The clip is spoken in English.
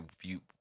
view